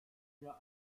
mir